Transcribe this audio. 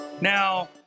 Now